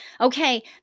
okay